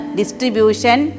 distribution